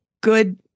good